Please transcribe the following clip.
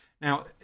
Now